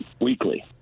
weekly